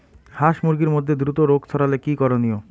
হাস মুরগির মধ্যে দ্রুত রোগ ছড়ালে কি করণীয়?